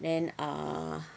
and ah